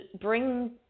bring